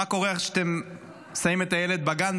מה קורה כשאתם שמים את הילד בגן,